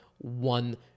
one